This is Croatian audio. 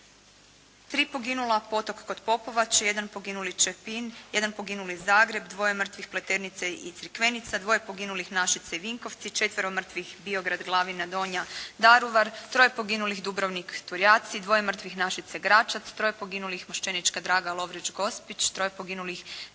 poginula potok kod Popovače, jedan poginuli Čepin, jedan poginuli Zagreb, dvoje mrtvih Pleternica i Crikvenica, dvoje poginulih Našice i Vinkovci, četvero mrtvih Biograd, Glavina Donja, Daruvar, troje poginulih Dubrovnik, Turjaci, dvoje mrtvih Našice, Gračac, troje poginulih Mošćenička Draga, Lovrić, Gospić, troje poginulih Zagreb,